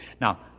Now